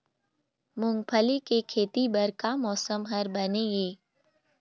मूंगफली के खेती बर का मौसम हर बने ये?